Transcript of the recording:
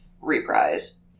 reprise